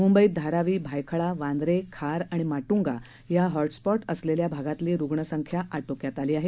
म्ंबईत धारावी भायखळा वांद्रे खार आणि माट्ंगा या हॉटस्पॉट असलेल्या भागातली रुग्णसंख्या आटोक्यात आली आहे